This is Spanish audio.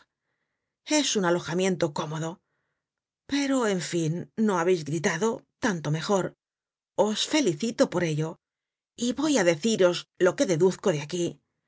es un alojamiento cómodo pero en fin no habeis gritado tanto mejor os felicito por ello y voy á deciros lo que deduzco de aquí